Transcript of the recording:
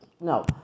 No